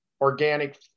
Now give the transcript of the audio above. organic